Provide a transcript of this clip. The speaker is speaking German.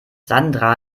sandra